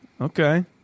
okay